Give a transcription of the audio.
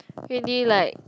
really like